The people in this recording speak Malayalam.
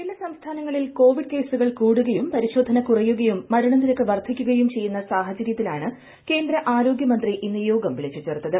ചില സംസ്ഥാനങ്ങളിൽ കോവിഡ് കേസുകൾ കൂടുകയും പരിശോധന കുറയുകയും മരണനിരക്ക് വർധിക്കുകയും ചെയ്യുന്ന സാഹചര്യത്തിലാണ് കേന്ദ്ര ആരോഗ്യ മന്ത്രി ഇന്ന് യോഗം വിളിച്ചു ചേർത്തത്